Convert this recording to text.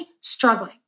struggling